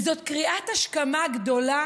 וזאת קריאת השכמה גדולה